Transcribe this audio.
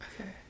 Okay